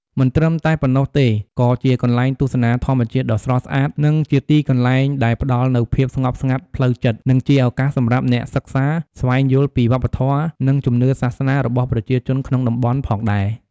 មិនត្រឹមតែប៉ុណ្ណោះទេក៏ជាកន្លែងទស្សនាធម្មជាតិដ៏ស្រស់ស្អាតនឹងជាទីកន្លែងដែលផ្តល់នូវភាពស្ងប់ស្ងាត់ផ្លូវចិត្ត និងជាឱកាសសម្រាប់អ្នកសិក្សាស្វែងយល់ពីវប្បធម៌ និងជំនឿសាសនារបស់ប្រជាជនក្នុងតំបន់ផងដែរ ។